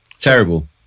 terrible